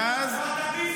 ------ פשוט תגנו,